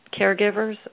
Caregivers